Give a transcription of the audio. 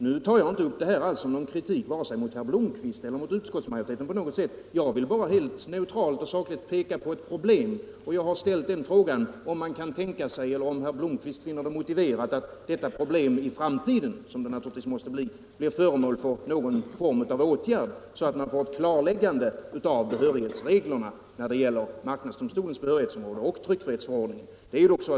Jag tar inte alls upp det här som någon kritik vare sig mot herr Blomkvist eller mot utskottsmajoriteten; jag vill bara helt neutralt och sakligt peka på ett problem, och jag har ställt frågan om herr Blomkvist finner det motiverat att detta problem i framtiden — som det naturligtvis måste bli — blir föremål för någon form av åtgärd, så att man får ett klarläggande av behörighetsreglerna när det gäller marknadsdomstolens behörighetsområde och tryckfrihetsförordningens.